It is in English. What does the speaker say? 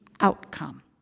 outcome